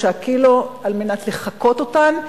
3 קילו על מנת לחקות אותן.